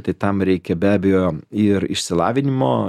tai tam reikia be abejo ir išsilavinimo